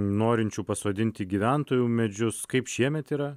norinčių pasodinti gyventojų medžius kaip šiemet yra